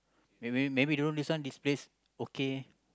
maybe maybe don't this one this place okay